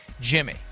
Jimmy